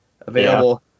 available